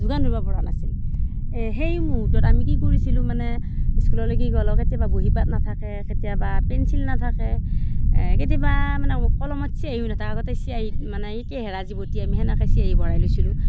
যোগান দিব পৰা নাছিল সেই মুহুৰ্তত আমি কি কৰিছিলোঁ মানে স্কুললে কেতিয়াবা বহী পাত নাথাকে কেতিয়াবা পেঞ্চিল নাথাকে কেতিয়াবা মানে কলমত চিঞাঁহীও নাথাকে আগতে চিঞাঁহীত মানে আমি কেঁহাৰাজ বটি আমি সেনেকৈ চিঞাঁহী ভৰাই লৈছিলোঁ